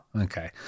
okay